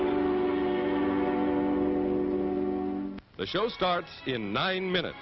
home the show starts in nine minutes